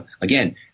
Again